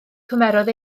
cymerodd